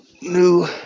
new